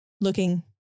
looking